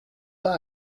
pas